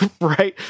Right